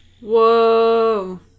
Whoa